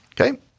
Okay